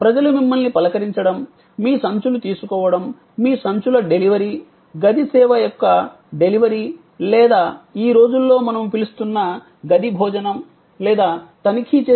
ప్రజలు మిమ్మల్ని పలకరించడం మీ సంచులు తీసుకోవడం మీ సంచుల డెలివరీ గది సేవ యొక్క డెలివరీ లేదా ఈ రోజుల్లో మనము పిలుస్తున్న గది భోజనం లేదా తనిఖీ చేసే ప్రక్రియ